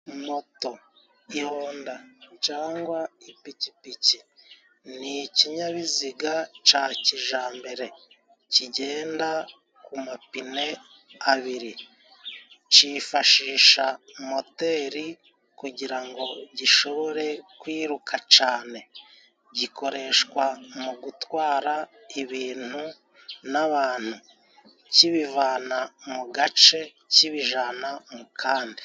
Moto, ihonda cangwa ipikipiki. Ni ikinyabiziga ca kijambere kigenda ku mapine abiri. Cifashisha moteri kugira ngo gishobore kwiruka cane. Gikoreshwa mu gutwara ibintu n'abantu. Kibivana mu gace kibijana mu kandi.